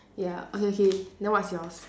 ya okay okay then what is yours